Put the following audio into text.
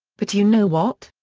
but you know what?